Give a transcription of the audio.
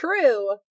True